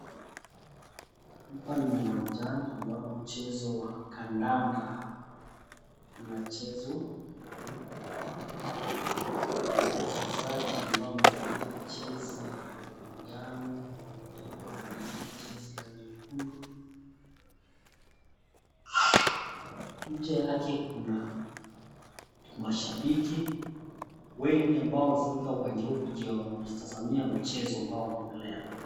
Hapa ni uwanjani ambapo mchezo wa kandanda unachezwa .Kuna wachezaji ambao wamevalia jezi ya njano na wengine wamevalia jezi ya nyekundu. Nje yake kuna mashabiki wengi ambao wamefurika uwanjani kujitazamia mchezo ambao unaendelea.